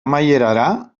amaierara